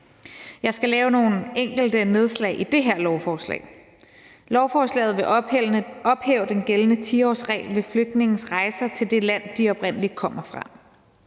Jeg skal lave nogle enkelte nedslag i det her lovforslag. Lovforslaget vil ophæve den gældende 10-årsregel ved flygtninges rejser til det land, de oprindelig kommer fra.